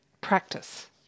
practice